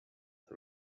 and